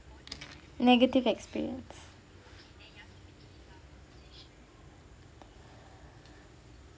negative experience